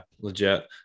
Legit